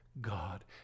God